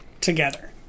together